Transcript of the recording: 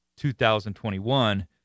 2021